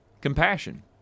compassion